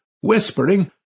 whispering